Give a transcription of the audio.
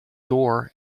door